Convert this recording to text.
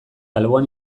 alboan